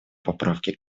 поправки